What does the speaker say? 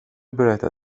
berätta